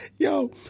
Yo